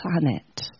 planet